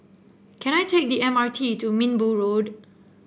can I take the M R T to Minbu Road